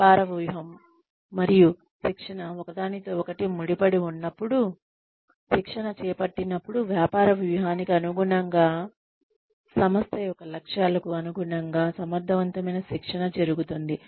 వ్యాపార వ్యూహం మరియు శిక్షణ ఒకదానితో ఒకటి ముడిపడి ఉన్నప్పుడు శిక్షణ చేపట్టినప్పుడు వ్యాపార వ్యూహానికి అనుగుణంగా సంస్థ యొక్క లక్ష్యాలకు అనుగుణంగా సమర్థవంతమైన శిక్షణ జరుగుతుంది